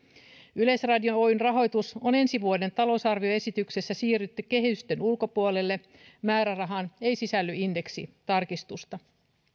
yleisradio oyn rahoitus on ensi vuoden talousarvioesityksessä siirretty kehysten ulkopuolelle määrärahaan ei sisälly indeksitarkistusta